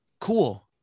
cool